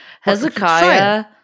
Hezekiah